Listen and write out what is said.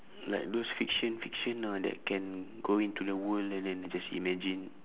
like those fiction fiction all that can go into the world and then just imagine